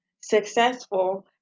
successful